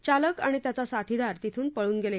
चालक आणि त्याचा साथीदार तिथून पळून गेले